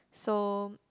so